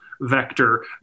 vector